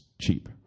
cheap